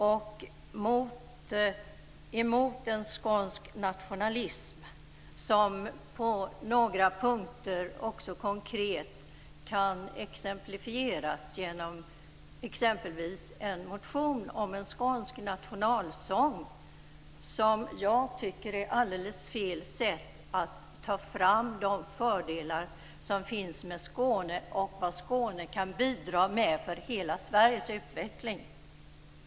Jag är emot en skånsk nationalism, som på några punkter konkret kan exemplifieras genom en motion om en skånsk nationalsång. Jag tycker att det är alldeles fel sätt att ta fram de fördelar som finns med Skåne och vad Skåne kan bidra med för hela Sveriges utveckling.